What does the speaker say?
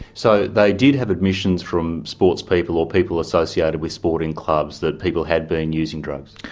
so they did have admissions from sports people or people associated with sporting clubs, that people had been using drugs?